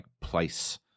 place